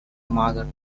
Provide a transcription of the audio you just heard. mother